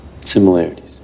Similarities